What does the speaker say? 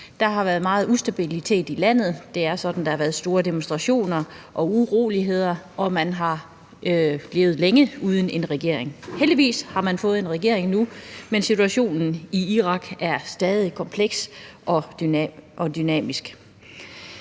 Der har været meget ustabilitet i landet. Det er sådan, at der har været store demonstrationer og uroligheder, og man har længe været uden en regering. Heldigvis har man fået en regering nu, men situationen i Irak er stadig kompleks og dynamisk.